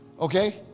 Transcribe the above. Okay